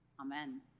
Amen